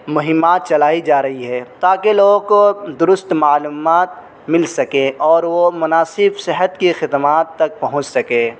مہمات چلائی جا رہی ہے تاکہ لوگوں کو درست معلومات مل سکے اور وہ مناسب صحت کی خدمات تک پہنچ سکے